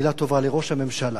מלה טובה לראש הממשלה,